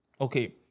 Okay